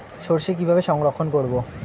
সরষে কিভাবে সংরক্ষণ করব?